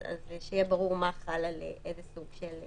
אז שיהיה ברור מה חל על איזה סוג.